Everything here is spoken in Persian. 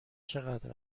چقدر